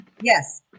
Yes